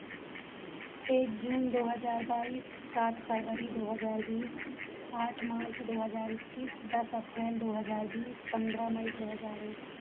एक जून दो हज़ार बाइस सात फरवरी दो हज़ार बीस आठ मार्च दो हज़ार इक्कीस दस अप्रैल दो हज़ार बीस पन्द्रह मई दो हज़ार एक